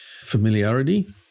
familiarity